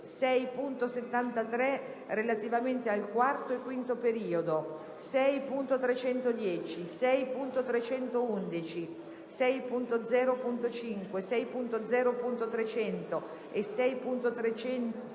6.73 (relativamente al quarto e quinto periodo), 6.310, 6.311, 6.0.5, 6.0.300, 6.0.301,